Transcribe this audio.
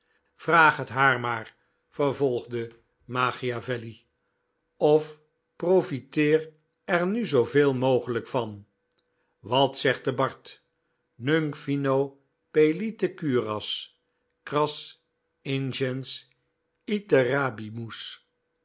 vraag het haar maar vervolgde machiavel of profiteer er nu zooveel mogelijk van wat zegt de bard nunc vino pellite curas eras ingens